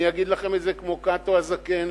אני אגיד לכם את זה כמו קאטו הזקן,